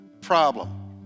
problem